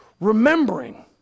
Remembering